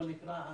בוא נקרא,